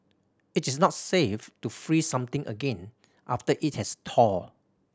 it is not safe to freeze something again after it has thawed